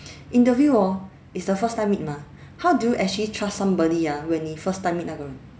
interview hor is the first time meet mah how do you actually trust somebody ah when 你 first time meet 那个人